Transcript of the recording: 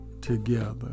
together